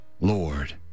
Lord